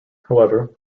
however